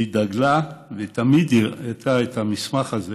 והיא דגלה, ותמיד הראתה את המסמך הזה,